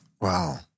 Wow